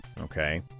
okay